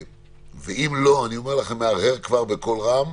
אם לא אני מהרהר כבר בקול רם,